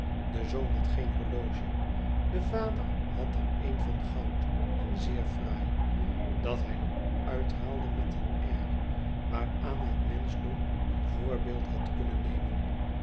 de zoon had geen horloge de vader had er een van goud en zeer fraai dat hij nu uithaalde met een air waaraan het menschdom een voorbeeld had kunnen nemen